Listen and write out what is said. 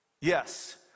Yes